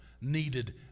needed